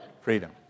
freedom